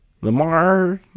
Lamar